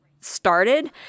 started